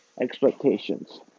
expectations